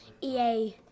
EA